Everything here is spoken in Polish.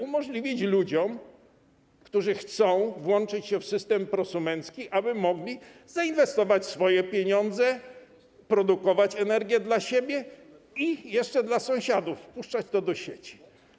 Umożliwić to ludziom, którzy chcą włączyć się w system prosumencki, aby mogli zainwestować swoje pieniądze, produkować energię dla siebie i jeszcze dla sąsiadów, wpuszczać to do sieci.